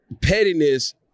pettiness